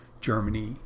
Germany